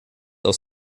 aus